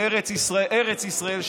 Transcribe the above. ארץ ישראל,